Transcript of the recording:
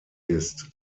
ist